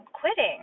quitting